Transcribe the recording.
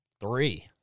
three